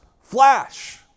flash